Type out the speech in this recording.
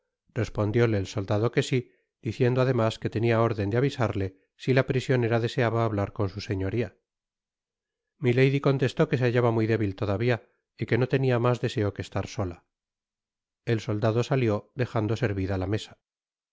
en el castillo respondióle el sotdado que si diciendo además que tenia órden de avisarle si la prisionera deseaba hablar con su señoria milady contestó que se hallaba muy débit todavia y que no tenia mas deseo que estar sola el soldado salió dejando servida la mesa